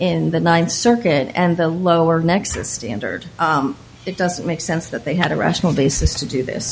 in the ninth circuit and the lower nexus standard it doesn't make sense that they had a rational basis to do this